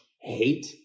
hate